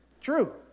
True